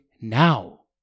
now